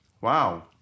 Wow